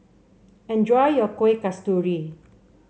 enjoy your Kueh Kasturi